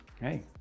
Hey